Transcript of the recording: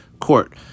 court